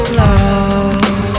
love